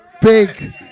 Big